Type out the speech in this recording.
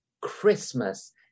Christmas